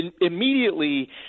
immediately